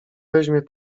weźmie